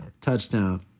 touchdown